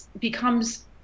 becomes